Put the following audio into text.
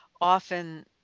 often